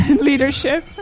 leadership